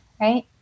right